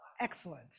Excellent